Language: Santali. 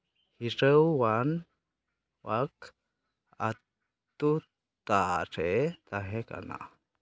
ᱵᱤᱨᱟᱹᱣᱟᱱ ᱚᱣᱟᱞᱠ ᱟᱛᱳ ᱴᱟᱨᱮ ᱛᱟᱦᱮᱸ ᱠᱟᱱᱟ